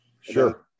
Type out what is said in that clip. sure